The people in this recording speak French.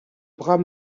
bras